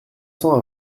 cents